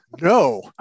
No